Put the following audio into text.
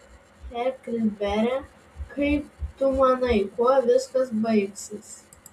heklberi kaip tu manai kuo viskas baigsis